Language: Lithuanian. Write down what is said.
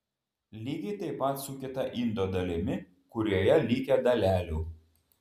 lygiai taip pat su kita indo dalimi kurioje likę dalelių